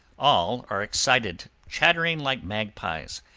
all are excited, chattering like magpies,